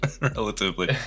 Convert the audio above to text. Relatively